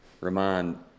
remind